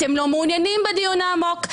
אתם לא מעוניינים בדיון העמוק,